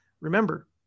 remember